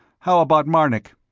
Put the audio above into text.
how about marnik?